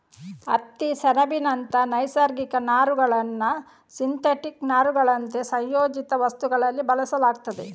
ಹತ್ತಿ, ಸೆಣಬಿನಂತ ನೈಸರ್ಗಿಕ ನಾರುಗಳನ್ನ ಸಿಂಥೆಟಿಕ್ ನಾರುಗಳಂತೆ ಸಂಯೋಜಿತ ವಸ್ತುಗಳಲ್ಲಿ ಬಳಸಲಾಗ್ತದೆ